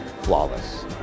flawless